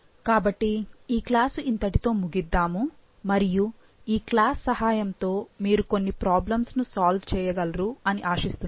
కాబట్టి ఈ క్లాస్ ఇంతటితో ముగిద్దాము మరియు ఈ క్లాస్ సహాయం తో మీరు కొన్ని ప్రాబ్లమ్స్ ను సాల్వ్ చేయగలరు అని ఆశిస్తున్నాను